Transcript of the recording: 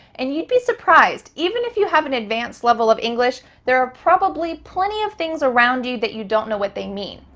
and you'd be surprised. even if you have an advanced level of english, there are probably plenty of things around you that you don't know what they mean.